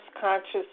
conscious